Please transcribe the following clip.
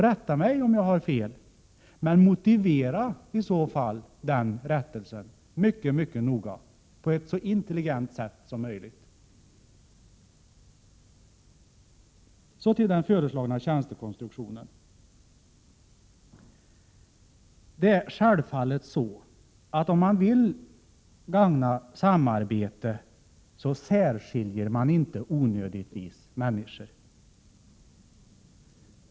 Rätta mig om jag har fel, men motivera i så fall den rättelsen mycket noga på ett så intelligent sätt som möjligt. Så till den föreslagna tjänstekonstruktionen. Det är självfallet så att om man vill gagna samarbete, så särskiljer man inte onödigtvis människor.